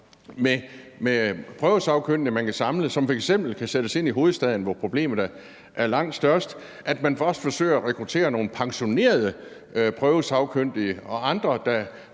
med prøvesagkyndige, man kan samle, og som f.eks. kan sættes ind i hovedstaden, hvor problemet er langt størst, at man også forsøger at rekruttere nogle pensionerede prøvesagkyndige og andre,